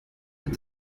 with